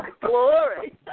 Glory